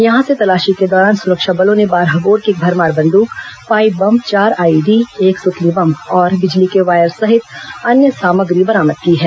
यहां से तलाशी के दौरान सुरक्षा बलों ने बारह बोर की एक भरमार बंद्रक पाइप बम चार आईईडी एक सुतली बम और बिजली के वायर सहित अन्य सामग्री बरामद की हैं